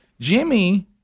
Jimmy